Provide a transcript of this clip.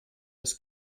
des